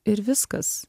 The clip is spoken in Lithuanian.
ir viskas